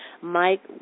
Mike